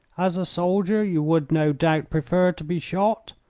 as a soldier you would, no doubt, prefer to be shot,